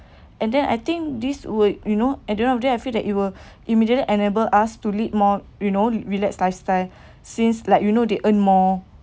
and then I think this would you know I do not have that I feel that it will immediately enable us to lead more you know relaxed lifestyle since like you know they earn more